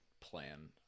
plan